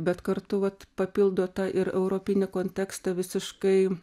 bet kartu vat papildo tą ir europinį kontekstą visiškai